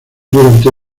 durante